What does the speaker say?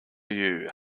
you